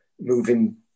moving